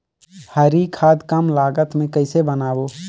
हरी खाद कम लागत मे कइसे बनाबो?